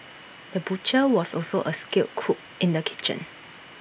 the butcher was also A skilled cook in the kitchen